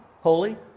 Holy